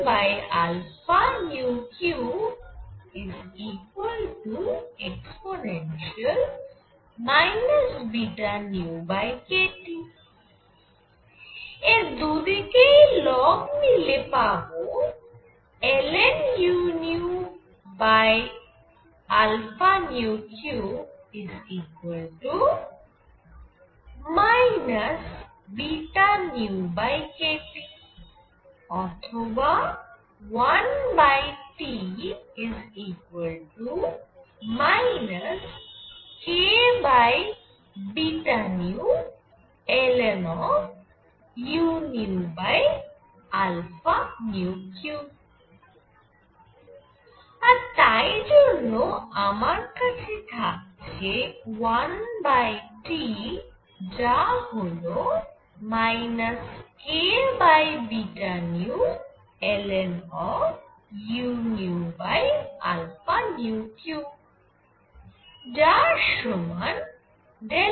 তাই u3e βνkT এর দুই দিকেই লগ নিলে পাবো ln⁡ βνkT অথবা 1T kβνln⁡ আর তাই জন্য আমার কাছে থাকছে 1T যা হল kβνln⁡ যার সমান ∂sν∂uν